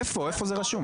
איפה זה רשום?